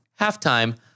Halftime